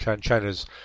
China's